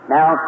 Now